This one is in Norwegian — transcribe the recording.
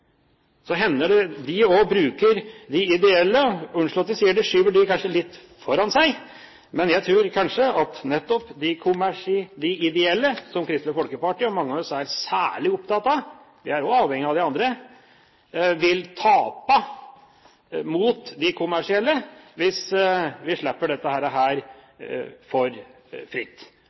Så hender det at de også bruker de ideelle – unnskyld at jeg sier det – og kanskje skyver dem litt foran seg. Men jeg tror at nettopp de ideelle, som Kristelig Folkeparti og mange av oss er særlig opptatt av – vi er jo avhengig av de andre – vil tape mot de kommersielle hvis vi slipper dette for fritt.